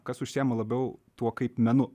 kas užsiima labiau tuo kaip menu